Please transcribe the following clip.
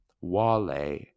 Wale